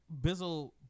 Bizzle